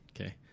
Okay